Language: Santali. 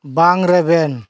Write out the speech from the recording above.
ᱵᱟᱝ ᱨᱮᱵᱮᱱ